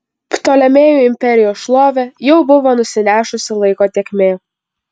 ptolemėjų imperijos šlovę jau buvo nusinešusi laiko tėkmė